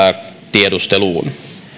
tiedusteluun